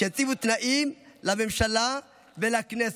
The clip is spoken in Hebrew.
שיציבו תנאים לממשלה ולכנסת.